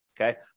Okay